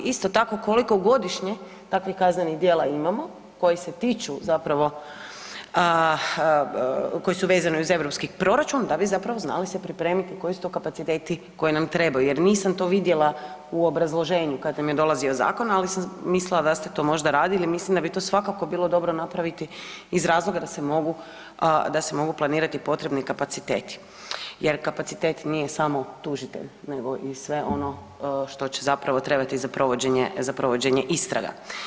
Isto tako, koliko godišnje takvih kaznenih djela imamo koji se tiču zapravo, koji su vezani uz europski proračun, da bi zapravo znali se pripremiti koji su to kapaciteti koji nam trebaju jer nisam to vidjela u obrazloženju kad nam je dolazio zakon ali sam mislila da ste to možda radili, mislim da bi to svakako bilo dobro napraviti iz razloga da se mogu planirati potrebni kapaciteti jer kapacitet nije samo tužitelj nego i sve ono što će zapravo trebati za provođenje istraga.